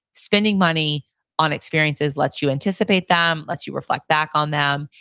spending money on experiences lets you anticipate them, lets you reflect back on them,